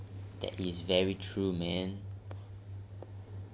that is very true man